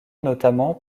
notamment